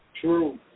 True